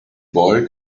boy